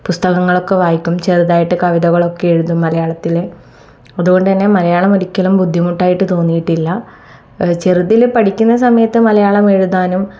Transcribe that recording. പുസ്തകങ്ങളൊക്കെ വായിക്കും ചെറുതായിട്ട് കവിതകളൊക്കെ എഴുതും മലയാളത്തിൽ അതുകൊണ്ട് തന്നെ മലയാളം ഒരിക്കലും ബുദ്ധിമുട്ടായിട്ട് തോന്നിയിട്ടില്ല ചെറുതിൽ പഠിക്കുന്ന സമയത്തു മലയാളം എഴുതാനും